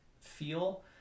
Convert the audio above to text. feel